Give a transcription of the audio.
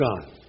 gone